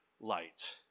light